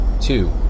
Two